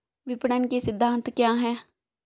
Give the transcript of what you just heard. विपणन के सिद्धांत क्या हैं?